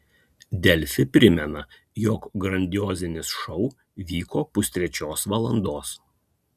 delfi primena jog grandiozinis šou vyko pustrečios valandos